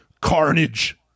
carnage